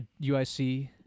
UIC